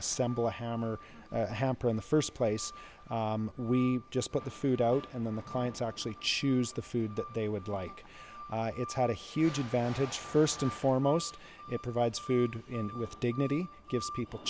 assemble a hammer or hamper in the first place we just put the food out and then the clients actually choose the food that they would like it's had a huge advantage first and foremost it provides food and with dignity gives people